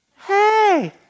hey